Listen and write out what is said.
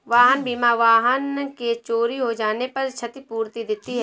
वाहन बीमा वाहन के चोरी हो जाने पर क्षतिपूर्ति देती है